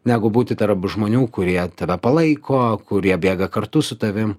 negu būti tarp žmonių kurie tave palaiko kurie bėga kartu su tavim